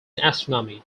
astronomy